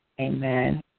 Amen